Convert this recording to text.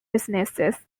businesses